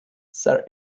sir